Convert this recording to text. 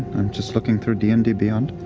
i'm just looking through d and d beyond.